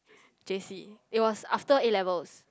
J_C it was after A-levels